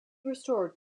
restored